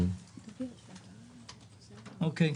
אוקיי.